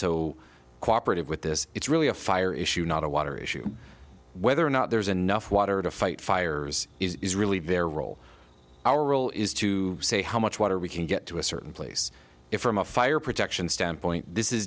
so cooperative with this it's really a fire issue not a water issue whether or not there's enough water to fight fires is really their role our role is to say how much water we can get to a certain place if from a fire protection standpoint this is